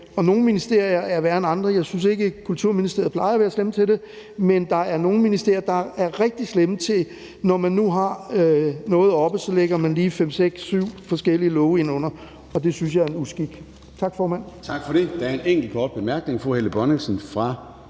og nogle ministerier er værre end andre. Jeg synes ikke, at Kulturministeriet plejer at være slemme til det, men der er nogle ministerier, der er rigtig slemme til, når man nu har noget oppe, lige at lægge fem, seks eller syv forskellige love ind under det. Det synes jeg er en uskik. Tak, formand.